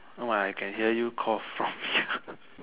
no I can hear you cough from here